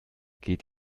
geht